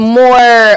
more